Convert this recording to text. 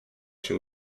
się